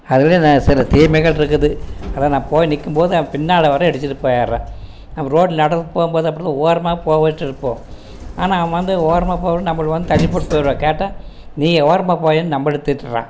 அதில் சில தீமைகளும் இருக்குது அதான் நான் போய் நிற்கும்போது பின்னால் வரவன் இடித்திட்டு போய்டுறான் நம்ம ரோட்டில் நடந்து போகும்போது அப்படிதான் ஓரமாக போய்ட்டு இருப்போம் ஆனால் அவன் வந்து ஓரமாக போய் தள்ளி போட்டு போய்டுவான் கேட்டால் நீங்கள் ஓரமாக போயான்னு நம்மள திட்டுறான்